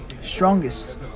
strongest